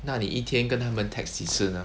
那你一天跟他们 text 几次呢